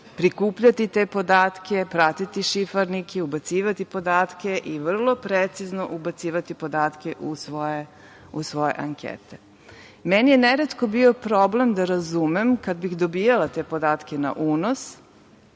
prikupljati te podatke, pratiti šifarnik i ubacivati podatke i vrlo precizno ubacivati podatke u svoje ankete. Meni je neretko bio problem da razumem, kad bih dobijala te podatke na unos,